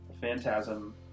phantasm